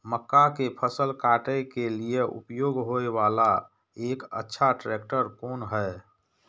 मक्का के फसल काटय के लिए उपयोग होय वाला एक अच्छा ट्रैक्टर कोन हय?